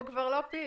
הוא כבר לא פיל.